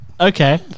okay